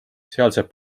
sealsed